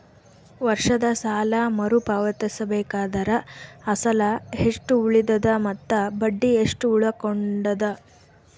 ವರ್ಷದ ಸಾಲಾ ಮರು ಪಾವತಿಸಬೇಕಾದರ ಅಸಲ ಎಷ್ಟ ಉಳದದ ಮತ್ತ ಬಡ್ಡಿ ಎಷ್ಟ ಉಳಕೊಂಡದ?